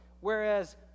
Whereas